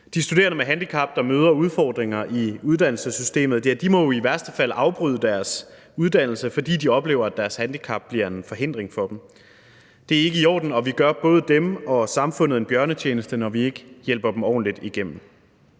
De studerende med handicap, der møder udfordringer i uddannelsessystemet, må jo i værste fald afbryde deres uddannelse, fordi de oplever, at deres handicap bliver en forhindring for dem. Det er ikke i orden, og vi gør både dem og samfundet en bjørnetjeneste, når vi ikke hjælper dem ordentligt igennem.